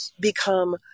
become